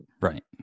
Right